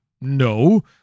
No